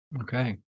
Okay